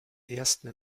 ersten